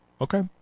Okay